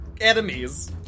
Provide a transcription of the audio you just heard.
enemies